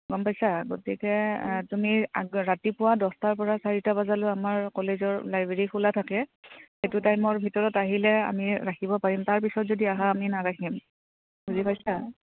গম পাইছা গতিকে তুমি ৰাতিপুৱা দছটাৰ পৰা চাৰিটা বজালৈ আমাৰ কলেজৰ লাইব্ৰেৰী খোলা থাকে সেইটো টাইমৰ ভিতৰত আহিলে আমি ৰাখিব পাৰিম তাৰপিছত যদি আহা আমি নাৰাখিম বুজি পাইছা